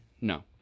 No